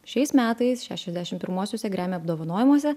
šiais metais šešiasdešimt pirmuosiuose gremy apdovanojimuose